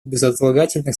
безотлагательных